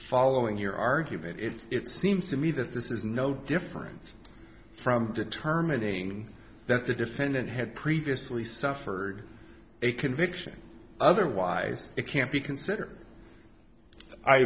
following your argument it seems to me that this is no different from determining that the defendant had previously suffered a conviction otherwise it can't be considered i